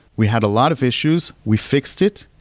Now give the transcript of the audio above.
we had a lot of issues. we fixed it.